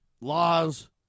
laws